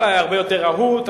אולי הרבה יותר רהוט.